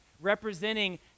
representing